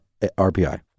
RPI